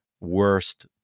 worst